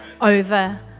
over